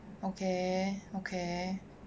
okay okay